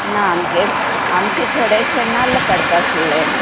ना आमगे आमचें थोडेंशें नाल्ल काडपा आसलें